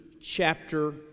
chapter